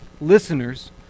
listeners